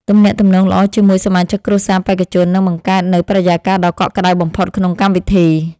ទំនាក់ទំនងល្អជាមួយសមាជិកគ្រួសារបេក្ខជននឹងបង្កើតនូវបរិយាកាសដ៏កក់ក្ដៅបំផុតក្នុងកម្មវិធី។